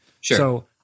Sure